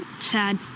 sad